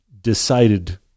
decided